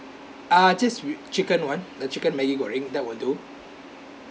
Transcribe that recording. ah just wi~ chicken [one] the chicken Maggi goreng that will do